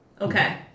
Okay